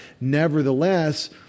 Nevertheless